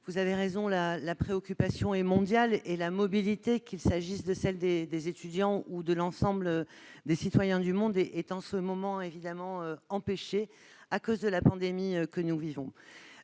vous avez raison, la préoccupation est mondiale et la mobilité, qu'il s'agisse de celle des étudiants ou de celle de l'ensemble des citoyens du monde, est en ce moment empêchée à cause de la pandémie que nous connaissons.